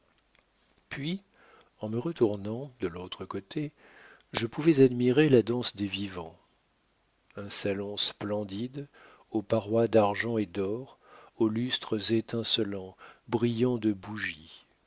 puis en me retournant de l'autre côté je pouvais admirer la danse des vivants un salon splendide aux parois d'argent et d'or aux lustres étincelants brillant de bougies